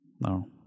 no